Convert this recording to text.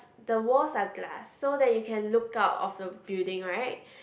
the walls are glass so that you can look out of the building right